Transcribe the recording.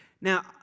Now